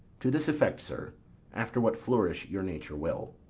to this effect, sir after what flourish your nature will.